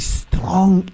strong